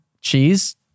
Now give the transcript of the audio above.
cheese